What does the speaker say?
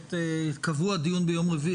נקבע דיון ליום רביעי